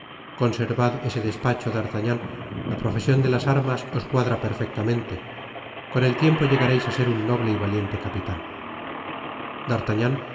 conservad ese despacho d'artagnan la profesion de las armas os cuadra perfectamente con el tiempo llegareis á ser un noble y valiente capitan d'artagnan con